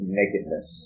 nakedness